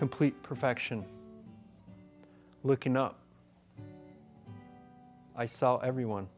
complete perfection looking up i saw everyone